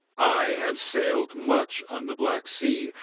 i have sailed much on the black sea,